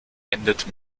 endet